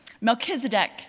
Melchizedek